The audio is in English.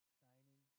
shining